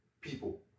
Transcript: people